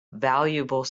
valuable